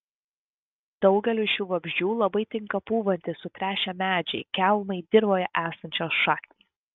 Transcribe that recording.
daugeliui šių vabzdžių labai tinka pūvantys sutrešę medžiai kelmai dirvoje esančios šaknys